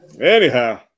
anyhow